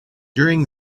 during